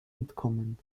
entkommen